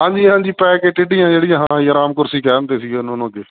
ਹਾਂਜੀ ਹਾਂਜੀ ਪੈ ਕੇ ਟੇਢੀਆਂ ਜਿਹੜੀਆਂ ਹਾਂ ਅਰਾਮ ਕੁਰਸੀ ਕਹਿ ਦਿੰਦੇ ਸੀ ਉਹਨਾਂ ਨੂੰ ਅੱਗੇ